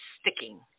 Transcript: sticking